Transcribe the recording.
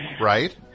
Right